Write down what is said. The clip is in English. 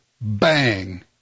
bang